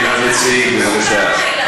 כן, המציעים, בבקשה.